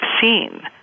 seen